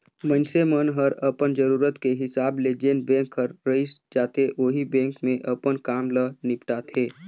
मइनसे मन हर अपन जरूरत के हिसाब ले जेन बेंक हर रइस जाथे ओही बेंक मे अपन काम ल निपटाथें